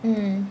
mm